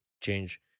change